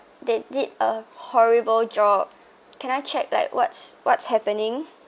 they did a horrible job can I check like what's what's happening